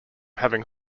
having